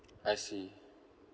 I see